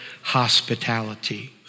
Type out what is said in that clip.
hospitality